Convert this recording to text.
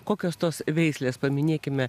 kokios tos veislės paminėkime